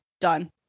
Done